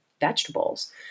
vegetables